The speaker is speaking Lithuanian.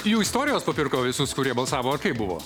jų istorijos papirko visus kurie balsavo ar kaip buvo